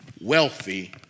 wealthy